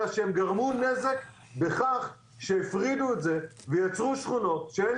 אלא שהם גרמו נזק בכך שהפרידו את זה ויצרו שכונות שאין